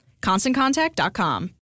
ConstantContact.com